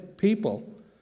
people